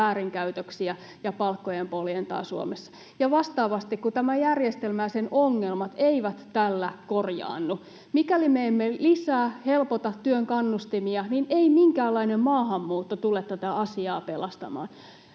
väärinkäytöksiä ja palkkojen poljentaa Suomessa. Ja vastaavasti kun tämä järjestelmä ja sen ongelmat eivät tällä korjaannu. Mikäli me emme lisää, helpota työn kannustimia, ei minkäänlainen maahanmuutto tule tätä asiaa pelastamaan.